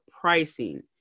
pricing